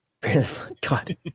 God